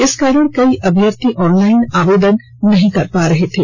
इस कारण कई अभ्यर्थी ऑनलाइन आवेदन नहीं कर पा रहे थे